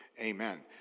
amen